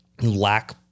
lack